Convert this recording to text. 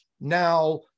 now